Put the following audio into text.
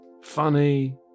Funny